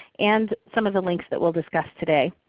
and some of the links that we'll discuss today.